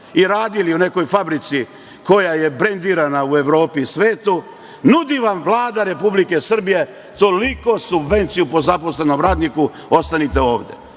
i radili u nekoj fabrici koja je brendirana u Evropi i svetu, nudi vam Vlada Republike Srbije toliku subvenciju po zaposlenom radniku, ostanite ovde.